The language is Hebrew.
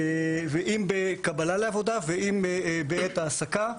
ואם בקבלה לעבודה ואם בעת העסקה.